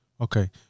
okay